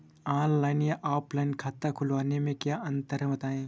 Online या offline खाता खोलने में क्या अंतर है बताएँ?